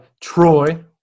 Troy